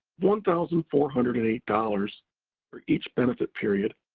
one thousand four hundred and eight dollars for each benefit period,